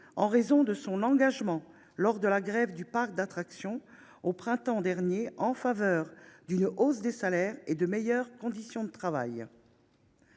en raison de son engagement lors de la grève du parc d’attractions menée, au printemps dernier, pour réclamer une hausse des salaires et de meilleures conditions de travail.